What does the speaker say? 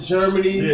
Germany